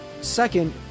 Second